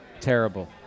Terrible